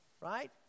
right